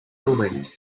building